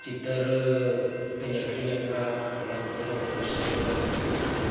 ᱪᱤᱛᱟᱹᱨ ᱛᱤᱧ ᱟᱹᱠᱷᱨᱤᱧ ᱟᱠᱟᱱᱟ ᱚᱱᱟ ᱠᱚᱛᱮ ᱦᱚᱸ ᱯᱚᱭᱥᱟ ᱨᱚᱡᱽᱜᱟᱨ ᱠᱚ ᱦᱮᱡ ᱟᱠᱟᱱᱟ